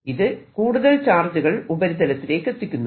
ഇത് കൂടുതൽ ചാർജുകൾ ഉപരിതലത്തിലേക്കെത്തിക്കുന്നു